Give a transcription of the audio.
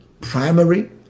primary